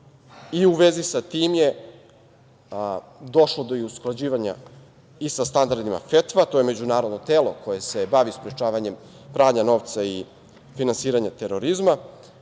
U vezi sa tim je došlo do usklađivanja i sa standardima FETF-a. To je međunarodno telo koje se bavi sprečavanjem pranja novca i finansiranja terorizma.